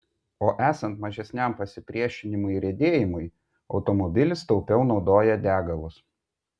o esant mažesniam pasipriešinimui riedėjimui automobilis taupiau naudoja degalus